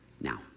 now